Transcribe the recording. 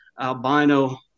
albino